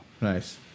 Nice